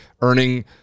earning